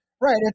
Right